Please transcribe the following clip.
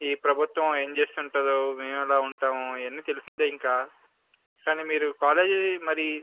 ఈ ప్రభుత్వం ఏం చేస్తుంటుందో మేము ఎలా ఉంటామో ఇవన్నీ తెలిసిందే ఇంకా కానీ మీరు కాలేజీ మరి